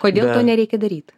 kodėl to nereikia daryt